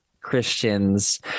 Christians